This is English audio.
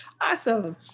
Awesome